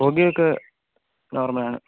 പുകയൊക്കെ നോർമലാണ്